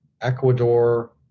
Ecuador